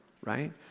right